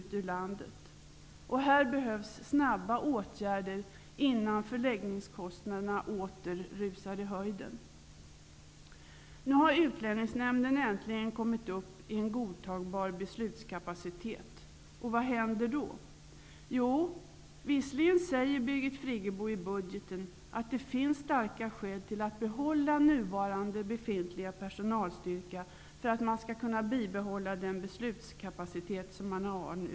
Här behövs det snabba åtgärder innan förläggningskostnaderna åter rusar i höjden. Nu har Utlänningsnämnden äntligen kommit upp till en godtagbar beslutskapacitet, och vad händer då? Jo, visserligen säger Birgit Friggebo i budgetförslaget att det finns starka skäl att behålla nuvarande tillfälliga personalstyrka för att man skall kunna bibehålla den beslutskapacitet som finns nu.